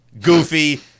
goofy